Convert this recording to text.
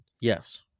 Yes